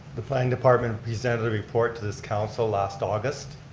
the planning department presented a report to this council last august,